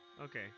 Okay